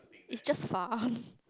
it's just far